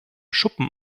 schuppen